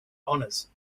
honors